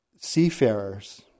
seafarers